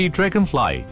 Dragonfly